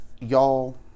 y'all